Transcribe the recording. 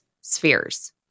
spheres